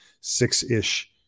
six-ish